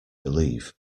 believe